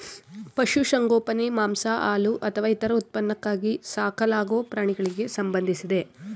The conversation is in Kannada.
ಪಶುಸಂಗೋಪನೆ ಮಾಂಸ ಹಾಲು ಅಥವಾ ಇತರ ಉತ್ಪನ್ನಕ್ಕಾಗಿ ಸಾಕಲಾಗೊ ಪ್ರಾಣಿಗಳಿಗೆ ಸಂಬಂಧಿಸಿದೆ